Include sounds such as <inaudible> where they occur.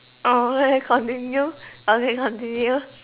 oh I continue <laughs> okay continue <laughs>